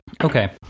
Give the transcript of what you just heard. Okay